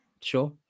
Sure